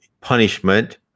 punishment